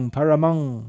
Paramang